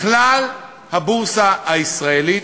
לכלל הבורסה הישראלית.